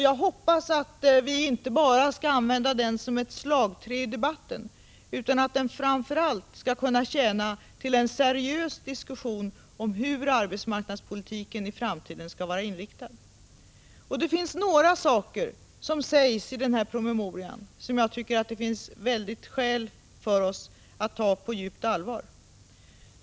Jag hoppas att vi inte bara skall använda den som ett slagträ i debatten utan att den framför allt skall tjäna till en seriös diskussion om hur arbetsmarknadspolitikeni framtiden skall vara inriktad. Det finns några saker i denna promemoria som jag tycker vi verkligen har skäl att ta på djupt allvar.